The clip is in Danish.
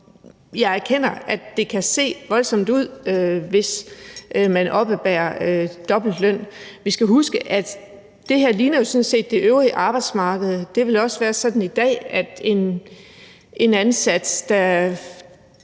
Jeg erkender, at det kan se voldsomt ud, hvis man oppebærer dobbelt løn, men vi skal huske, at det her jo sådan set ligner det øvrige arbejdsmarked – det vil også være sådan i dag, at en ansat, der